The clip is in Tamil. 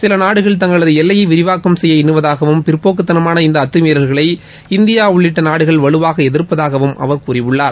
சில நாடுகள் தங்களது எல்லையை விரிவாக்கம் செய்ய எண்ணுவதாகவும் பிற்போக்குதனமாள இந்த அத்துமீறல்களை இந்தியா உள்ளிட்ட நாடுகள் வலுவாக எதிர்ப்பதாகவும் அவர் கூறியுள்ளார்